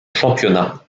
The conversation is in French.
championnat